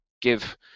give